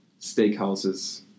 Steakhouses